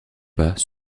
pas